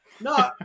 No